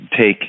take